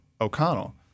O'Connell